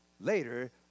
later